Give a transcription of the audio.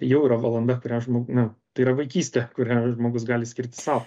tai jau yra valanda kurią žmog na tai yra vaikystė kurią žmogus gali skirti sau